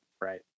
right